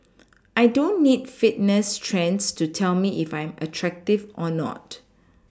I don't need Fitness trends to tell me if I am attractive or not